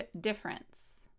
Difference